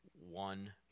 one